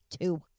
two